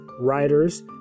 writers